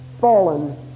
fallen